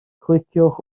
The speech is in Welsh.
cliciwch